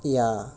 ya